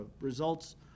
results